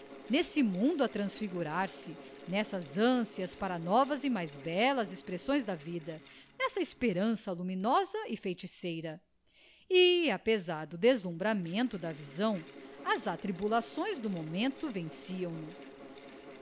n'esse mundo a transfigurar-se n'essas anciãs para novas e mais bellas expressões da vida n'essa esperança luminosa e feiticeira e apesar do deslumbramento da visão as atribulações do momento venciam no tudo